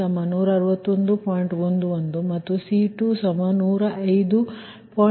11 ಮತ್ತು C2105